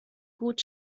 gut